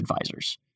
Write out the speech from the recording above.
advisors